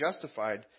justified